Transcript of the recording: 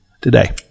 today